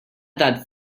that